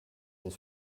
will